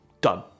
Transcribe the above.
done